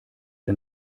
der